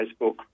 Facebook